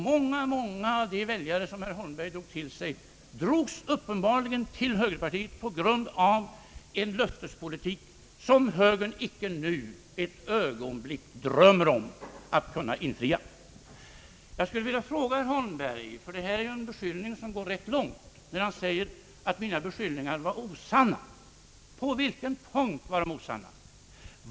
Många av de väljare som herr Holmberg drog till sig, drogs uppenbarligen dit på grund av en löftespolitik som högern inte nu ett ögonblick drömmer om att kunna infria. Jag skulle vilja fråga herr Holmberg — ty det är en allvarlig beskyllning som går rätt långt när han säger att mina beskyllningar var osanna — på vilka punkter de är osanna.